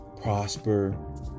prosper